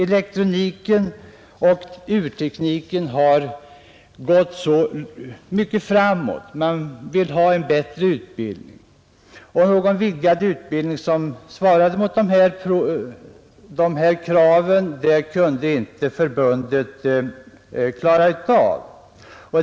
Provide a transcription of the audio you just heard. Elektroniken och urtekniken har gått framåt så mycket att man vill ha en bättre utbildning. Någon vidgad utbildning som svarar mot kraven kunde inte förbundet klara.